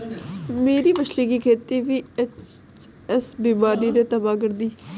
मेरी मछली की खेती वी.एच.एस बीमारी ने तबाह कर दी